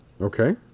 Okay